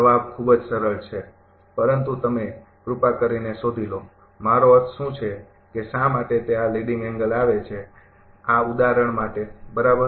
જવાબ ખૂબ જ સરળ છે પરંતુ તમે કૃપા કરીને શોધી લો મારો અર્થ શું છે કે શા માટે તે આ લીડિંગ એંગલ આવે છે આ ઉદાહરણ માટે બરાબર